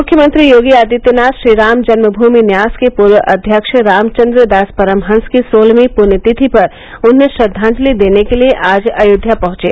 मुख्यमंत्री योगी आदित्यनाथ श्रीराम जन्मभूमि न्यास के पूर्व अध्यक्ष रामचन्द्र दास परमहंस की सोलहवीं पुण्यतिथि पर उन्हें श्रद्वांजलि देने के लिये आज अयोध्या पहुंचे